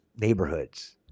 neighborhoods